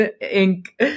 ink